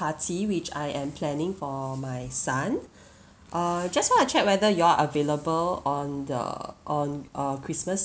party which I am planning for my son uh just wanna check whether you all are available on the on uh christmas